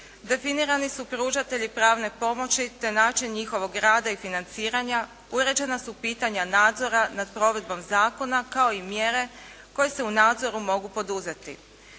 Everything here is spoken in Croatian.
definirani su pružatelji pravne pomoći te način njihovog rada i financiranja, uređena su pitanja nadzora nad provedbom zakona kao i mjere koje se u nadzoru mogu poduzeti.